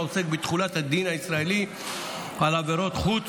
העוסק בתחולת הדין הישראלי על עבירות חוץ